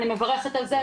אני מברכת על זה,